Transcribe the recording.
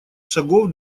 шагов